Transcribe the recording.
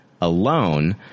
Alone